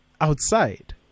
outside